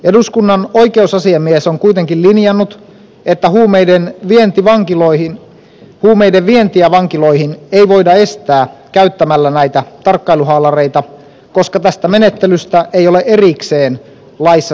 eduskunnan oikeusasiamies on kuitenkin linjannut että huumeiden vientiä vankiloihin ei voida estää käyttämällä näitä tarkkailuhaalareita koska tästä menettelystä ei ole erikseen laissa säädetty